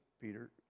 Peter